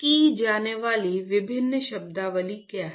की जाने वाली विभिन्न शब्दावली क्या है